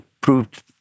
proved